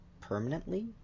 permanently